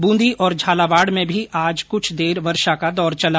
बूंदी और झालावाड़ में में भी आज कुछ देर वर्षा का दौर चला